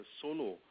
solo